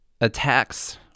attacks